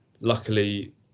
Luckily